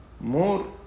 more